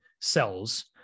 cells